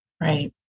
Right